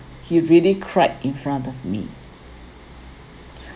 he really cried in front of me